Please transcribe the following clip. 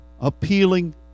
appealing